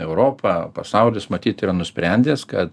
europa pasaulis matyt yra nusprendęs kad